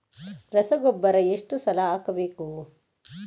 ರಸಗೊಬ್ಬರ ಎಷ್ಟು ಸಲ ಹಾಕಬೇಕು?